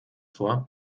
vor